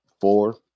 four